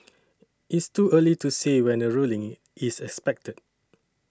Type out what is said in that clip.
it's too early to say when a ruling is expected